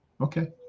okay